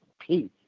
peace